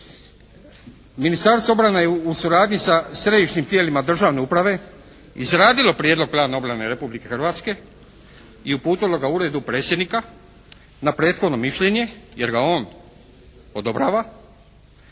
Ministarstvo obrane je u suradnji sa središnjim tijelima državne uprave izradilo Prijedlog plana obrane Republike Hrvatske i uputilo ga Uredu Predsjednika, na prethodno mišljenje, jer ga on odobrava.